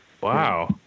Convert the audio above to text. Wow